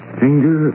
finger